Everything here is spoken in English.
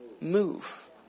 move